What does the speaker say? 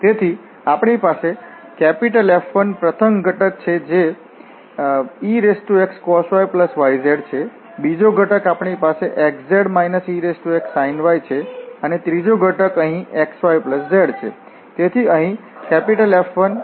તેથી આપણી પાસે F1 પ્રથમ ઘટક છે જે excos yyz છે બીજો ઘટક આપણી પાસે xz exsin y છે અને ત્રીજો ઘટક અહીં xyz છે